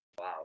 Wow